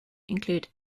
include